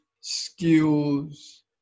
skills